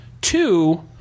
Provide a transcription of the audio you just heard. Two